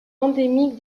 endémique